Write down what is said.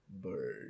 Bird